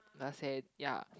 like I said ya